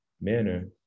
manner